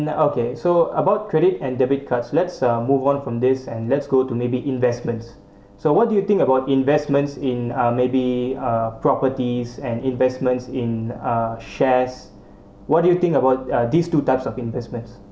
then okay so about credit and debit cards let's uh move on from this and let's go to maybe investments so what do you think about investments in uh maybe uh properties and investments in uh shares what do you think about uh these two types of investments